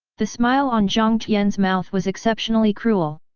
the smile on jiang tian's mouth was exceptionally cruel.